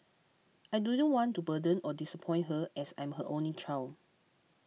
I didn't want to burden or disappoint her as I'm her only child